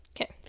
Okay